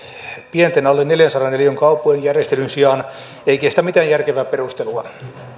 pienten alle neljänsadan neliön kauppojen järjestelyn sijaan ei kestä mitään järkevää perustelua